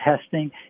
testing